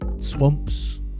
swamps